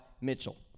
Mitchell